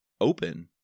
open